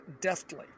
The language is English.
deftly